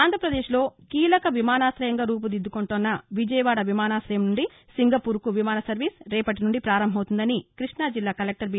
ఆంధ్రాపదేశ్లో కీలక విమానా శయంగా రూపుదిద్దుకుంటోన్న విజయవాడ విమానా శయం నుండి సింగపూర్కు విమాన సర్వీసు రేపటి నుండి పారంభమవుతుందని కృష్ణా జిల్లా కలెక్టర్ బి